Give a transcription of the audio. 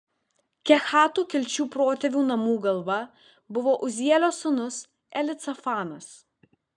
kehatų kilčių protėvių namų galva buvo uzielio sūnus elicafanas